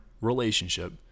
relationship